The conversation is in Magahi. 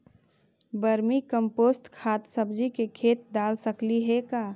वर्मी कमपोसत खाद सब्जी के खेत दाल सकली हे का?